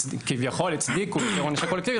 שכביכול הצדיקו את העונש הקולקטיבי.